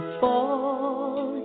fall